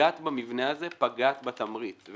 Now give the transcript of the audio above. פגעת במבנה הזה פגעת בתמריץ.